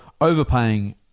overpaying